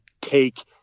take